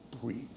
breathe